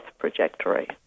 trajectory